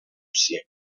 siempre